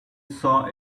saw